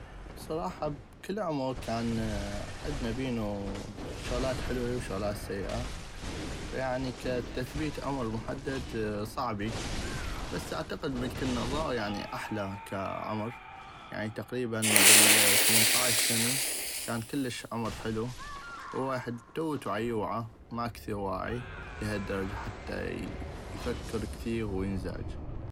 بصراحة كل عمغ كان عدنا بينو شغلات حلوي وشغلات سيئة فيعني تثبيت امر محدد صعبي بس اعتقد من كنا صغاغ احلى كاعمر يعني تقريبا بل الثمنطعش سني كان كلش عمر حلو وويحد توتو عيوعا ما كثيغ واعي لهل الدرجة حتى يفكر كثيغ وينزعج.